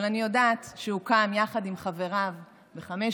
אבל אני יודעת שהוא קם יחד עם חבריו ב-05:00,